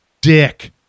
dick